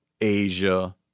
Asia